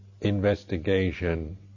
investigation